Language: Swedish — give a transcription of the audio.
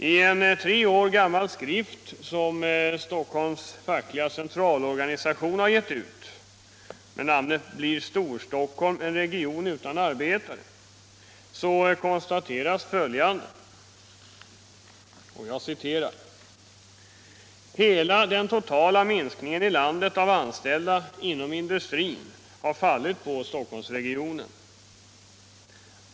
I en tre år gammal skrift med namnet ”Blir Storstockholm en region utan arbete?”, som Stockholms fackliga centralorganisation givit ut, konstateras följande: ”Hela den totala minskningen i landet av anställda inom industrin har fallit på Stockholmsregionen.